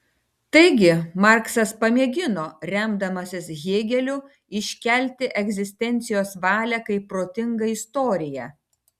taigi marksas pamėgino remdamasis hėgeliu iškelti egzistencijos valią kaip protingą istoriją